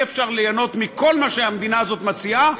אי-אפשר ליהנות מכל מה שהמדינה הזאת מציעה,